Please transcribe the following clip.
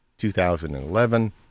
2011